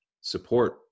support